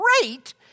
great